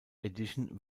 edition